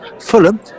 Fulham